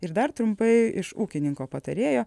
ir dar trumpai iš ūkininko patarėjo